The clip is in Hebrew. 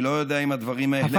אני לא יודע אם הדברים האלה עוברים,